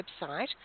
website